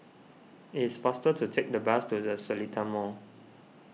it is faster to take the bus to the Seletar Mall